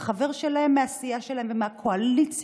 את החבר שלהם מהסיעה שלהם ומהקואליציה.